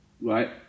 right